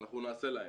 אנחנו נעשה להם.